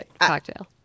cocktail